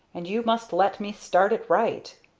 and you must let me start it right.